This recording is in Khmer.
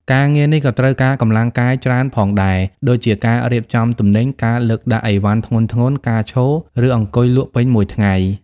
ការងារនេះក៏ត្រូវការកម្លាំងកាយច្រើនផងដែរ ដូចជាការរៀបចំទំនិញ ការលើកដាក់អីវ៉ាន់ធ្ងន់ៗ ការឈរ ឬអង្គុយលក់ពេញមួយថ្ងៃ។